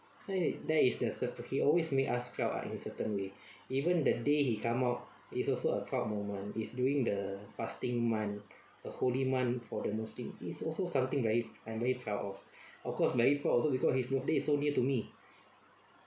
that is that is the circumstance he always made us proud ah in certain way even that day he come out is also a proud moment is during the fasting month the holy month for the muslim is also something very I'm very proud of of course very proud also because his birthday is so near to me